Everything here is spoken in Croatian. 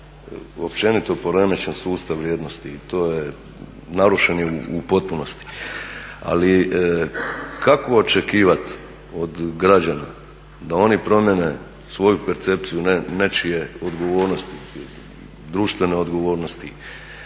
općenito poremećen sustav vrijednosti, narušen je u potpunosti. Ali kako očekivati od građana da oni promijene svoju percepciju nečije odgovornosti, društvene odgovornosti